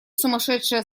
сумасшедшая